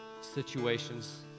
situations